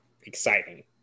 exciting